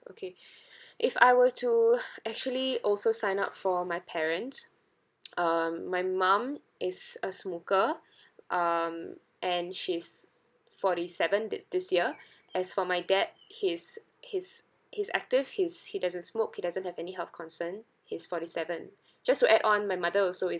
okay if I were to actually also sign up for my parents um my mum is a smoker um and she's forty seven this this year as for my dad he is he's he's active he's he doesn't smoke he doesn't have any health concern he's forty seven just to add on my mother also is